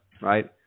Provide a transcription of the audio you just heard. right